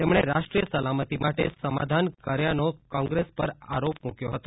તેમણે રાષ્ટ્રીય સલામતિ માટે સમાધાન કર્યાનો કોંગ્રેસ પર આરોપ મૂક્યો હતો